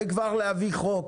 וכבר להעביר חוק